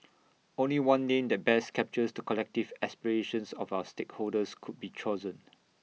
only one name that best captures to collective aspirations of our stakeholders could be chosen